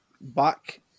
back